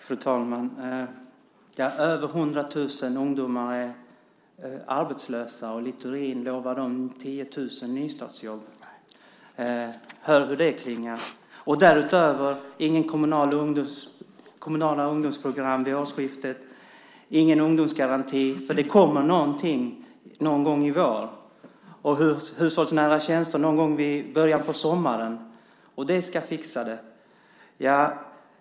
Fru talman! Över 100 000 ungdomar är arbetslösa och Littorin lovar dem 10 000 nystartsjobb. Hör hur det klingar! Därutöver blir det inga kommunala ungdomsprogram efter årsskiftet och ingen ungdomsgaranti, för det kommer någonting någon gång i vår, och avdrag för hushållsnära tjänster kommer någon gång i början på sommaren. Detta ska fixa det.